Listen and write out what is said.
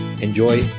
enjoy